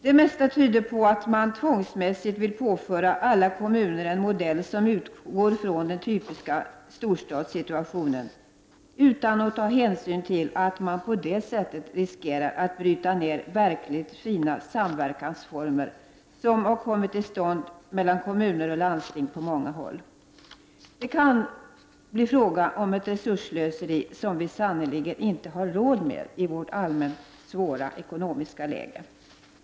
Det mesta tyder nämligen på att regeringen tvångsmässigt vill påföra alla kommuner en modell, som utgår från den typiska storstadssituationen utan att ta hänsyn till att man på det sättet riskerar att bryta ner verkligt fina samverkansformer, vilka på många håll kommit till stånd mellan kommuner och landsting. Det kan bli fråga om ett resursslöseri som vi sannerligen inte har råd med i vårt allmänt svåra ekonomiska läge.